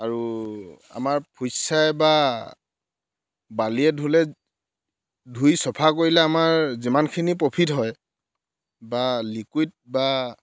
আৰু আমাৰ ফুট ছাই বা বালিয়ে ধুলে ধুই চাফা কৰিলে আমাৰ যিমানখিনি প্ৰফিট হয় বা লিকুইড বা